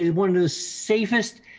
one of the safest